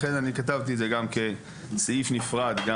לכן אני כתבתי את זה גם כסעיף נפרד גם